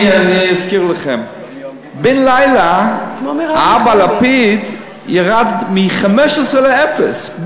אני אזכיר לך: בן לילה אבא לפיד ירד מ-15 לאפס.